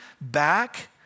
back